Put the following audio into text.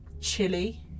chili